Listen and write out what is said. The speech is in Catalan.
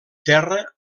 terra